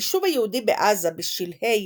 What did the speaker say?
היישוב היהודי בעזה בשלהי